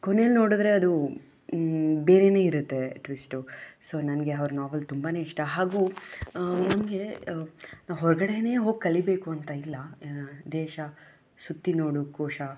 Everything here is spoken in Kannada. ಕೊನೆಲಿ ನೋಡಿದರೆ ಅದು ಬೇರೆಯೇ ಇರುತ್ತೆ ಟ್ವಿಸ್ಟು ಸೊ ನನಗೆ ಅವ್ರ ನೋವೆಲ್ಲ ತುಂಬನೇ ಇಷ್ಟ ಹಾಗೂ ನನಗೆ ಹೊರಗಡೆನೇ ಹೋಗಿ ಕಲಿಬೇಕು ಅಂತ ಇಲ್ಲ ದೇಶ ಸುತ್ತಿ ನೋಡು ಕೋಶ